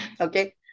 Okay